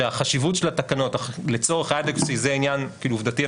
שהחשיבות של התקנות לצורך ה- adequacy זה עניין עובדתי,